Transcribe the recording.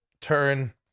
turn